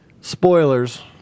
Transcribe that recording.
Spoilers